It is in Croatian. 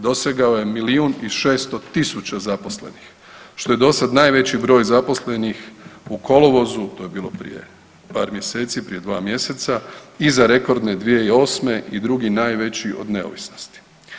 Dosegao je milijun i 600.000 zaposlenih što je dosada najveći broj zaposlenih u kolovozu, to je bilo prije par mjeseci, prije 2 mjeseca, iza rekordne 2008. i drugi najveći od neovisnosti.